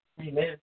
Amen